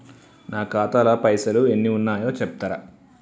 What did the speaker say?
నా ఖాతా లా పైసల్ ఎన్ని ఉన్నాయో చెప్తరా?